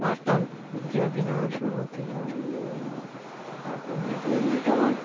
वार्तां किमपि न शृणोति इति सम्यक् निन्दितवान्